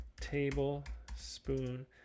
tablespoon